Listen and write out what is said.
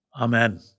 Amen